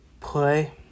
play